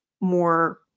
more